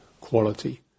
quality